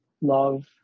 love